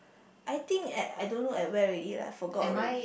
I think at I don't know at where already lah forgot already